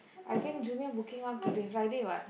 I think junior booking out today Friday what